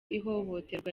ihohoterwa